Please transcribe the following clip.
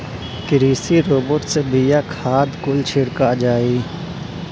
कृषि रोबोट से बिया, खाद कुल छिड़का जाई